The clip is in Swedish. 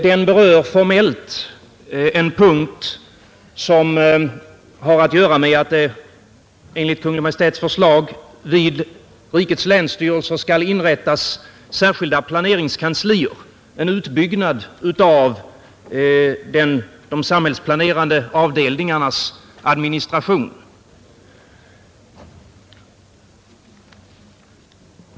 Den berör formellt en punkt som har att göra med att det enligt Kungl. Maj:ts förslag vid rikets länsstyrelser skall inrättas särskilda planeringskanslier, en utbyggnad av de samhällsplanerande avdelningarnas administration.